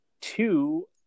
two